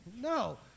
No